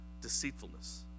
Deceitfulness